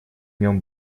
нем